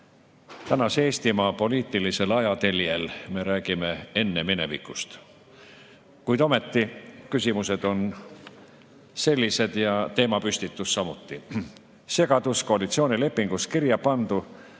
Tänase Eestimaa poliitilisel ajateljel me räägime enneminevikust. Kuid ometi küsimused on sellised ja teemapüstitus samuti. Segadus koalitsioonilepingus kirjapandu